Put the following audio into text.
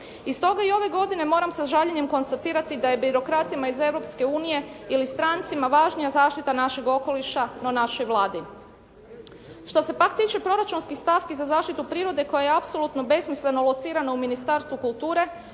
I stoga i ove godine moram sa žaljenjem konstatirati da je birokratima iz Europske unije ili strancima važnija zaštita našeg okoliša no našoj Vladi. Što se pak tiče proračunskih stavki za zaštitu prirode koja je apsolutno besmisleno locirana u Ministarstvu kulture